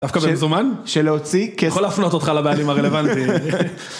דווקא במזומן . אני יכול להפנות אותך לבעלים הרלוונטיים.